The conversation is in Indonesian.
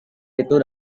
itu